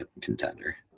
contender